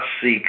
seek